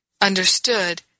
understood